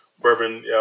bourbon